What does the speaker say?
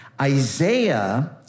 Isaiah